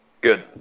Good